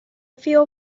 feel